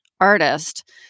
artist